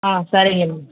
ஆ சரிங்க மேம்